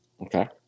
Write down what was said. Okay